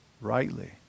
rightly